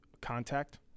contact